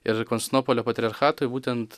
ir konstantinopolio patriarchatui būtent